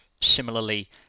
similarly